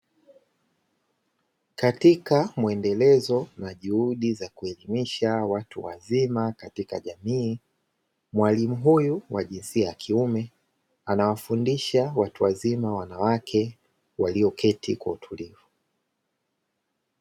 Katika muendelezo wa juhudi za kuelimisha watu wazima katika jamii, mwalimu huyu wa jinsia ya kiume, anawafundisha watu wazima wanawake walioketi kwa utulivu.